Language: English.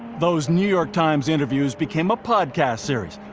those new york times interviews became a podcast series,